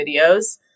videos